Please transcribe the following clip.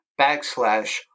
backslash